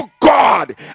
God